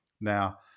Now